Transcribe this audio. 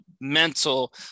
mental